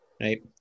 Right